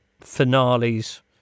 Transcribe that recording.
finales